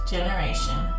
Generation